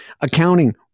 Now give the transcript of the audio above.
Accounting